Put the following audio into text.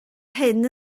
hyn